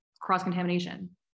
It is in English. cross-contamination